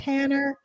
Tanner